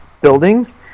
buildings